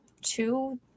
two